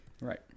Right